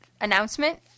announcement